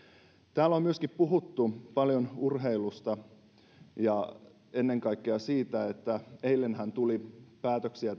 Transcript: täällä on myöskin puhuttu paljon urheilusta ja ennen kaikkea siitä että eilenhän tuli päätöksiä